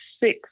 six